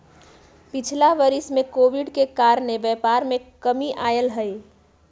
पिछिला वरिस में कोविड के कारणे व्यापार में कमी आयल हइ